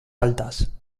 altas